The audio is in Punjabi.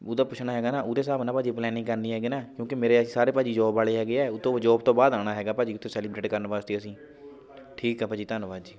ਉਹਦਾ ਪੁੱਛਣਾ ਹੈਗਾ ਨਾ ਉਹਦੇ ਹਿਸਾਬ ਨਾਲ ਭਾਅ ਜੀ ਪਲੈਨਿੰਗ ਕਰਨੀ ਹੈਗੀ ਨਾ ਕਿਉਂਕਿ ਮੇਰੇ ਸਾਰੇ ਭਾਅ ਜੀ ਜੋਬ ਵਾਲੇ ਹੈਗੇ ਹੈ ਉਹ ਤੋਂ ਜੋਬ ਤੋਂ ਬਾਅਦ ਆਉਣਾ ਹੈਗਾ ਭਾਅ ਜੀ ਉੱਥੇ ਸੈਲੀਬ੍ਰੇਟ ਕਰਨ ਵਾਸਤੇ ਅਸੀਂ ਠੀਕ ਆ ਭਾਅ ਜੀ ਧੰਨਵਾਦ ਜੀ